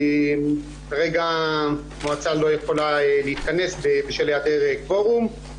כרגע המועצה לא יכולה להתכנס בשל העדר קוורום.